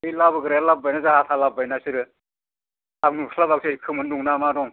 बे लाबोग्राया लाबोबायना जाहा ताहा लाबोबायना बिसोरो आं नुस्लाबासै खोमोन दंना मा दं